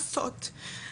לדווח לטיק-טוק,